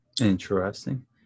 interesting